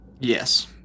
Yes